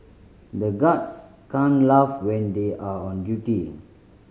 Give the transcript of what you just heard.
the guards can't laugh when they are on duty